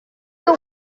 you